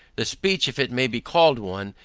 the speech if it may be called one,